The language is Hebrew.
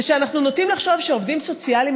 זה שאנחנו נוטים לחשוב שעובדים סוציאליים,